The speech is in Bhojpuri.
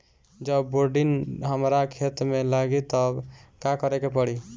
जब बोडिन हमारा खेत मे लागी तब का करे परी?